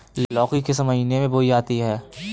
लौकी किस महीने में बोई जाती है?